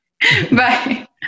Bye